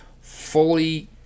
fully